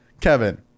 Kevin